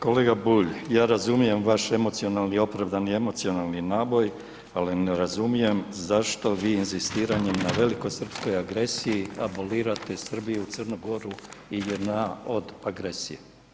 Kolega Bulj, ja razumijem vaš emocionalni, opravdani emocionalni naboj ali ne razumijem zašto vi inzistiranjem na velikosrpskoj agresiji abolirate Srbiju, Crnu Goru i JNA od agresije.